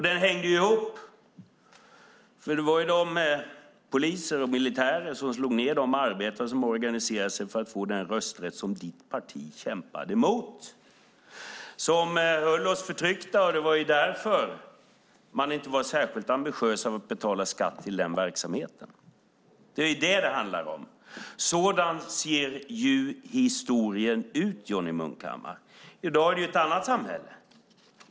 Det hängde ihop, för det var ju de poliser och militärer som slog ned de arbetare som organiserade sig för att få den rösträtt som Johnny Munkhammars parti kämpade emot som höll oss förtryckta, och det var därför man inte var särskilt ambitiös när det gällde att betala skatt till den verksamheten. Det är detta det handlar om. Sådan ser historien ut, Johnny Munkhammar. I dag är det ett annat samhälle.